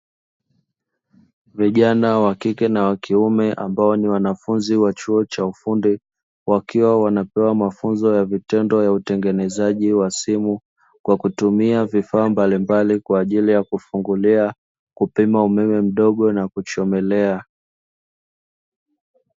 Vijana wa kike na wa kiume ambao ni wanafunzi wa chuo cha ufundi; wakiwa wanapewa mafunzo ya vitendo ya utengenezaji wa simu, kwa kutumia vifaa mbalimbali kwa ajili ya kufungulia, kupima umeme mdogo na kuchomelea.